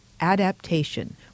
adaptation